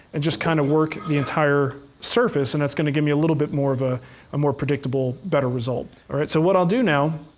and just kind of work the entire surface. and that's going to give me a little bit more of a more predictable, better result. all right, so what i'll do now,